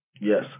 Yes